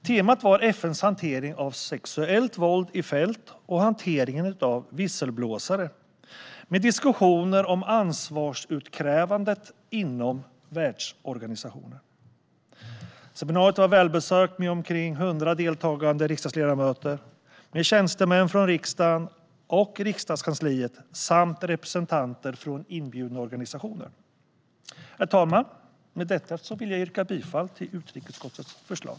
Temat var FN:s hantering av sexuellt våld i fält och hanteringen av visselblåsare, och ansvarsutkrävandet inom världsorganisationen diskuterades. Seminariet var välbesökt. Omkring 100 deltagande kom. Det var riksdagsledamöter, tjänstemän från riksdagen och Regeringskansliet samt representanter från inbjudna organisationer. Herr talman! Med detta vill jag yrka bifall till utrikesutskottets förslag.